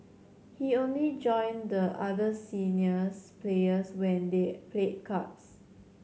he only join the other seniors players when they played cards